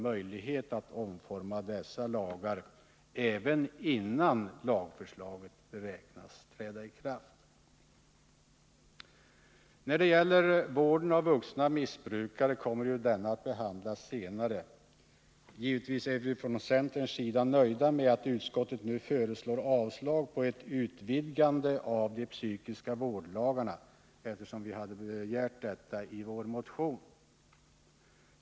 möjlighet att omforma dessa lagar innan lagförslaget beräknas träda i kraft. Frågorna rörande vården av vuxna missbrukare kommer att behandlas senare. Givetvis är vi från centerns sida nöjda med att utskottet yrkar avslag på förslaget om ett utvidgande av de psykiatriska vårdlagarna, eftersom vi begärt detta i vår motion.